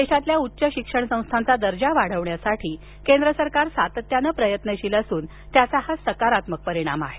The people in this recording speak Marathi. देशातील उच्च शिक्षण संस्थांचा दर्जा वाढवण्यासाठी केंद्र सरकार सातत्याने प्रयत्नशील असून त्याचा हा सकारात्मक परिणाम आहे